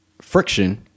friction